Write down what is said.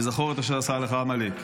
בזכור את אשר עשה לך עמלק.